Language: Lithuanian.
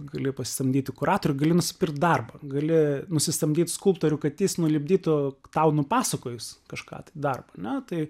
gali pasisamdyti kuratorių gali nusipirkt darbą gali nusisamdyt skulptorių kad jis nulipdytų tau nupasakojus kažką tai darbą ane tai